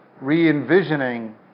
re-envisioning